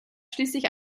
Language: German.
schließlich